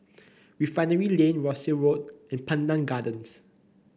Refinery Lane Rosyth Road and Pandan Gardens